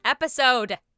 episode